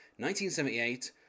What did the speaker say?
1978